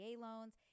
loans